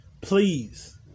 Please